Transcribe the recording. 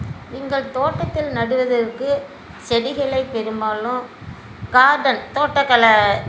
எங்கள் தோட்டத்தில் நடுவதற்கு செடிகளை பெரும்பாலும் கார்டன் தோட்டக்கலை